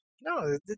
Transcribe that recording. no